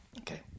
Okay